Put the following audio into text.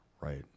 Right